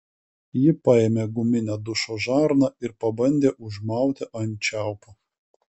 ji paėmė guminę dušo žarną ir pabandė užmauti ant čiaupo